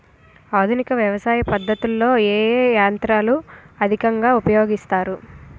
ఆధునిక వ్యవసయ పద్ధతిలో ఏ ఏ యంత్రాలు అధికంగా ఉపయోగిస్తారు?